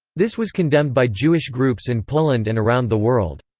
this was condemned by jewish groups in poland and around the world.